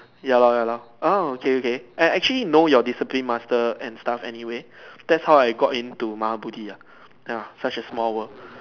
ya lor ya lor okay okay I actually know your discipline master and stuff anyway that's how I got into Maha Bodhi ya ya such a small world